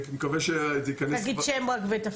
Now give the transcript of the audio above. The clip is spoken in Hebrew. רק תגיד את השם ותפקיד.